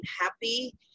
happy